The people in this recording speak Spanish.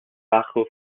bajo